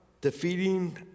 defeating